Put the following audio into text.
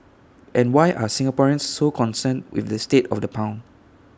and why are Singaporeans so concerned with the state of the pound